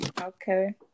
Okay